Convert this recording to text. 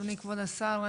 אדוני כבוד השר,